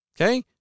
Okay